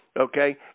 okay